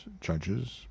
judges